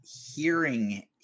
hearing